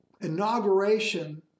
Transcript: inauguration